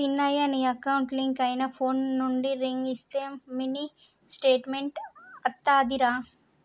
సిన్నయ నీ account link అయిన ఫోన్ నుండి రింగ్ ఇస్తే మినీ స్టేట్మెంట్ అత్తాదిరా